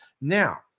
Now